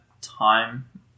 time